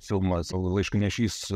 filmas laišknešys